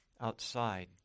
outside